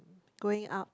going out